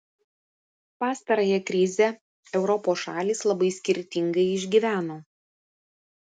pastarąją krizę europos šalys labai skirtingai išgyveno